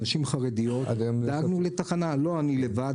לא אני לבד,